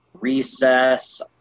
Recess